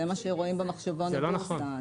זה מה שרואים במחשבון הבורסה.